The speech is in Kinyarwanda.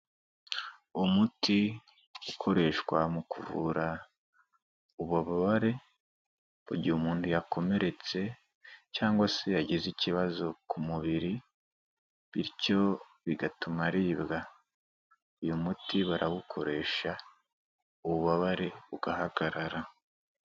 Umuti ukoreshwa mu kuvura ububabare, mugihe umuntu yakomeretse cyangwa se yagize ikibazo ku mubiri, bityo bigatuma aribwa, uyu muti barawukoresha ububabare bugahagarara.